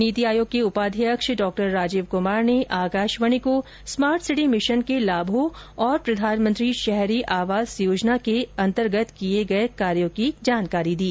नीति आयोग के उपाध्यक्ष डॉ राजीव कुमार ने आकाशवाणी को स्मार्ट सिटी मिशन के लाभों और प्रधानमंत्री शहरी आवास योजना के अंतर्गत किए गए कार्यो की जानकारी दी